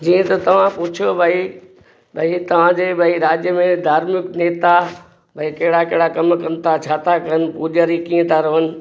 जीअं त तव्हां पुछियो भई भई तव्हांजे भई राज्य में धार्मिक नेता भई कहिड़ा कहिड़ा कम कनि था छा था कनि पूॼारी कीअं था रहनि